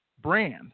brand